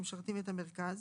שמשרתים את המרכז,